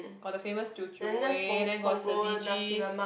got the famous Teochew mui then got Selegie